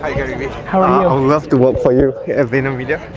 gary vee, i'd love to work for you at vaynermedia.